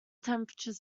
temperature